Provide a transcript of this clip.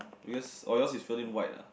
because oh yours is filled in white ah